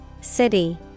City